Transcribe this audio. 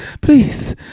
Please